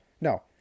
no